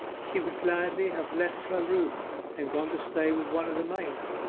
she would gladly have left her room and gone to stay with one of the maids,